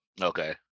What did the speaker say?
Okay